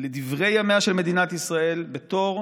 ולדברי ימיה של מדינת ישראל בתור,